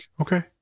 okay